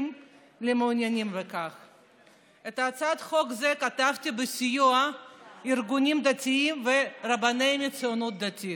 זו כתבתי בסיוע ארגונים דתיים ורבני הציונות הדתית.